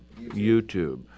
YouTube